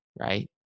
Right